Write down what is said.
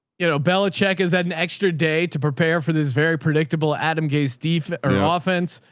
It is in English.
you know, bella check is that an extra day to prepare for this very predictable adam gaze diff or ah offense.